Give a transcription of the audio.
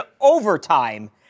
overtime